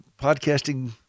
podcasting